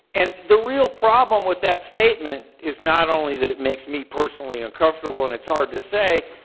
and the real problem with that statement is not only that it makes me personally uncomfortable and it's hard to say,